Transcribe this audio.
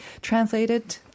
translated